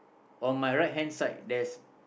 on my right hand side there's